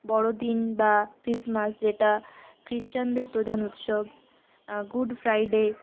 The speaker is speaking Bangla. বড়দিন বা খ্রীষ্টমাস যেটা ক্রিশ্চানদের প্রধান উৎসব গুড ফ্রাইডে